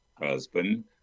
husband